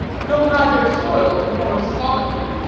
though neither soiled nor slovenly,